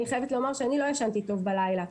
אני חייבת לומר שאני לא ישנתי טוב בלילה.